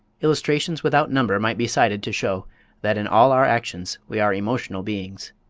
illustrations without number might be cited to show that in all our actions we are emotional beings.